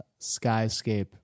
skyscape